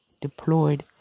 deployed